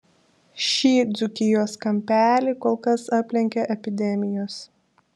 šį dzūkijos kampelį kol kas aplenkia epidemijos